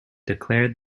declared